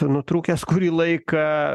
nutrūkęs kurį laiką